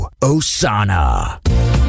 Osana